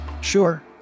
Sure